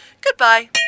Goodbye